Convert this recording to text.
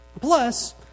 Plus